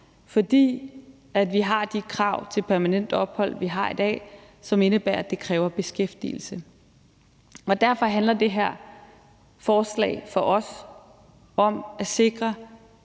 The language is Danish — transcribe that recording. fordi vi har de krav til permanent ophold, som vi har i dag, og som indebærer, at det kræver beskæftigelse. Derfor handler det her forslag for os om at sikre,